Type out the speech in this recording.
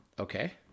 Okay